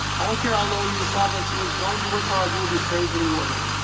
i don't care how low your progress is, as long as you work hard you'll be praised and rewarded.